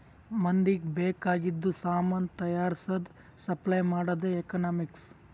ಮಂದಿಗ್ ಬೇಕ್ ಆಗಿದು ಸಾಮಾನ್ ತೈಯಾರ್ಸದ್, ಸಪ್ಲೈ ಮಾಡದೆ ಎಕನಾಮಿಕ್ಸ್